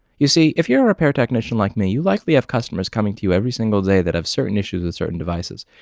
you see, if you're a repair technician like me you likely have customers coming to you every single day that have certain issues with certain devices.